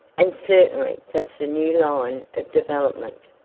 and certainly that's the new line of development.